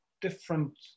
different